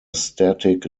static